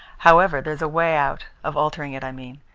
however, there's a way out of altering it, i mean.